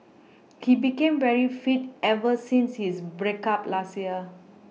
he became very fit ever since his break up last year